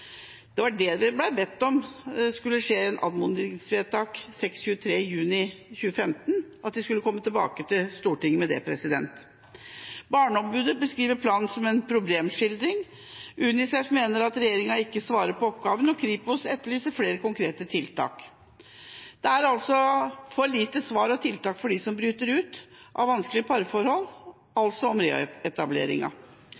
Det var det som ble bedt om skulle skje i anmodningsvedtak 623 i juni 2015, at de skulle komme tilbake til Stortinget med det. Barneombudet beskriver planen som en problemskildring. UNICEF mener at regjeringa ikke svarer på oppgaven, og Kripos etterlyser flere konkrete tiltak. Det er også for få svar og tiltak for dem som bryter ut av vanskelige